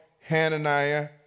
Hananiah